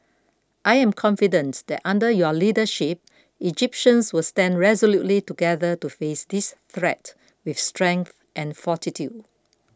I am confident that under your leadership Egyptians will stand resolutely together to face this threat with strength and fortitude